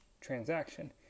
transaction